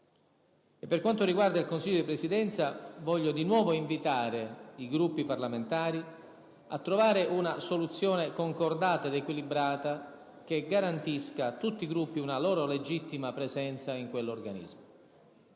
Per quanto riguarda il Consiglio di Presidenza, voglio di nuovo invitare i Gruppi parlamentari a trovare una soluzione concordata ed equilibrata che garantisca a tutti i Gruppi una loro legittima presenza in quell'organismo.